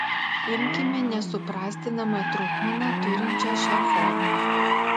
imkime nesuprastinamą trupmeną turinčią šią formą